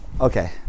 Okay